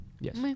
yes